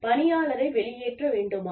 பணியாளரை வெளியேற்ற வேண்டுமா